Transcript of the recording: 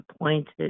appointed